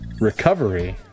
Recovery